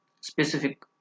specific